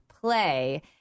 play